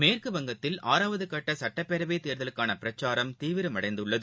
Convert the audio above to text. மேற்குவங்கத்தில் ஆறாவதுகட்டசட்டப்பேரவைதேர்தலுக்கானபிரச்சாரம் தீவிரம் அடைந்துள்ளது